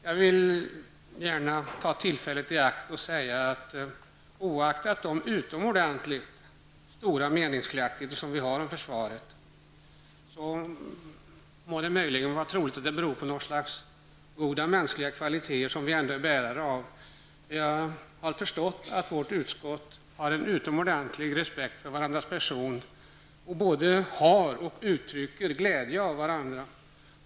Jag vill ta tillfället i akt att säga, oaktat de utomordentligt stora meningsskiljaktigheter som vi har om försvaret, att ledamöterna i utskottet bär på goda mänskliga kvaliteter. Jag har förstått att ledamöterna i vårt utskott har en utomordentlig respekt för varandras personer. De både känner och ger uttryck för glädje över varandra.